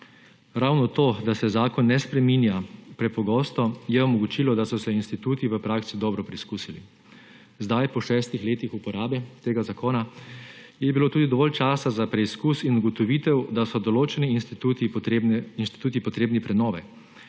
Ravno to, da se zakon ne spreminja prepogosto, je omogočilo, da so se instituti v praksi dobro preizkusili. Zdaj, po šestih letih uporabe tega zakona, je bilo tudi dovolj časa za preizkus in ugotovitev, da so določeni instituti potrebni prenove,